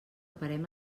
parem